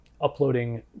uploading